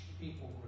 people